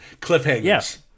cliffhangers